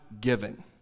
given